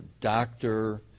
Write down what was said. doctor